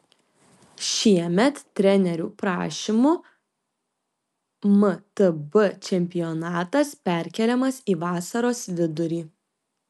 šiemet trenerių prašymų mtb čempionatas perkeliamas į vasaros vidurį